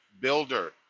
Builder